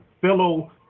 fellow